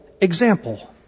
example